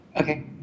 Okay